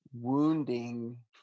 wounding